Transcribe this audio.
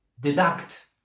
deduct